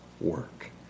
work